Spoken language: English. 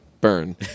burn